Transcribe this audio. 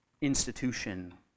institution